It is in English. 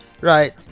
right